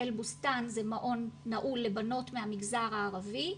'אל בוסתן' זה מעון נעול לבנות מהמגזר הערבי,